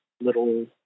little